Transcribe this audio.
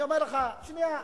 אני אומר לך, שנייה,